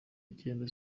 icyenda